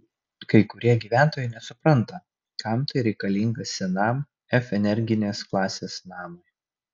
kai kurie gyventojai nesupranta kam tai reikalinga senam f energinės klasės namui